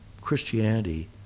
Christianity